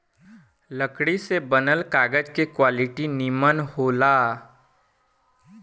लकड़ी से बनल कागज के क्वालिटी निमन होखेला